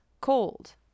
cold